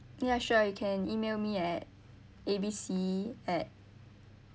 yeah sure you can email me at A B C at